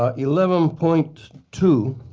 ah eleven point two